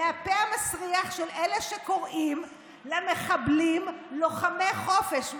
מהפה המסריח של אלה שקוראים למחבלים לוחמי חופש.